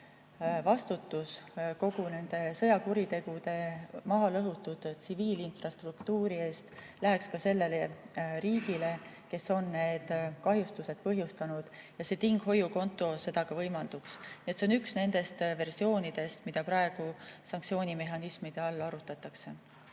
vastutus nende sõjakuritegude, purustatud tsiviilinfrastruktuuri eest läheks ka sellele riigile, kes on need kahjustused põhjustanud. See tinghoiukonto seda ka võimaldaks. See on üks nendest versioonidest, mida praegu sanktsioonimehhanismide raames arutatakse.